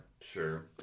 Sure